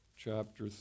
Chapter